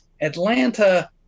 Atlanta